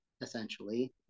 essentially